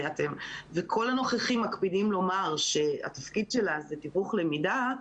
וכל הנוכחים מקפידים לומר שהתפקיד שלה זה תיווך למידה,